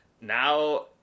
now